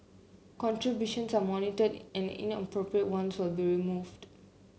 contributions are monitored and inappropriate ones will be removed